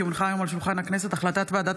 כי הונחה היום על שולחן הכנסת החלטת ועדת